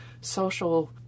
social